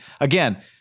again